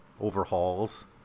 Overhauls